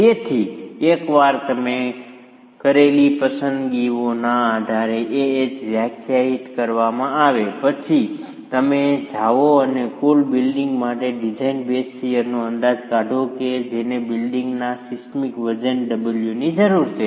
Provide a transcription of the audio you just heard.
તેથી એકવાર તમે કરેલી પસંદગીઓના આધારે Ah વ્યાખ્યાયિત કરવામાં આવે પછી તમે જાઓ અને કુલ બિલ્ડિંગ માટે ડિઝાઇન બેઝ શીયરનો અંદાજ કાઢો કે જેને બિલ્ડિંગના સિસ્મિક વજન Wની જરૂર છે